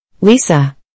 Lisa